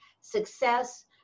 success